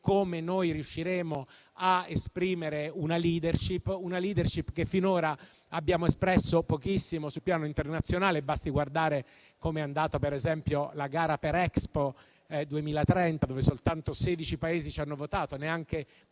come noi riusciremo a esprimere una *leadership;* una *leadership* che finora abbiamo espresso pochissimo sul piano internazionale. Basti guardare come è andata, per esempio, la gara per Expo 2030, dove soltanto 16 Paesi ci hanno votato, neanche